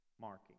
marking